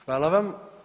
Hvala vam.